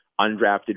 undrafted